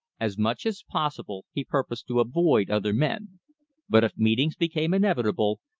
as much as possible he purposed to avoid other men but if meetings became inevitable,